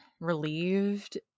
relieved